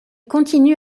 continue